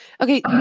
Okay